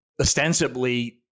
ostensibly